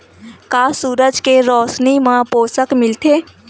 का सूरज के रोशनी म पोषण मिलथे?